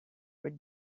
wait